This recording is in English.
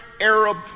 Arab